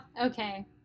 okay